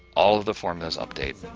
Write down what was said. all of the formulas update,